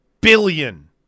billion